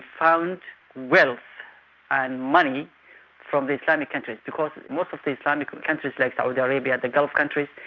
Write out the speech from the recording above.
found wealth and money from the islamic countries because most of the islamic countries like saudi arabia, the gulf countries,